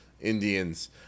Indians